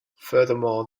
furthermore